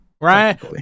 Right